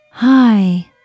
Hi